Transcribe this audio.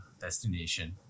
destination